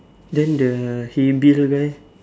then the he Bill guy